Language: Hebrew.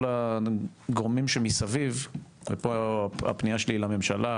הגורמים שמסביב ופה הפנייה שלי היא לממשלה,